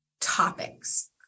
topics